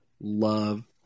love